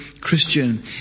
Christian